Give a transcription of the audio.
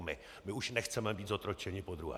My už nechceme být zotročeni podruhé!